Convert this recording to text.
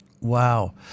Wow